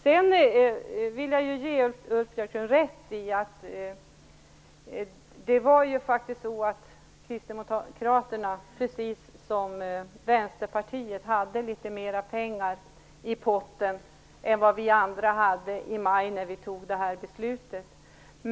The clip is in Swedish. Sedan har Ulf Björklund rätt i att Kristdemokraterna precis som Vänsterpartiet hade litet mer pengar i potten än vad vi andra hade när vi fattade detta beslut i maj.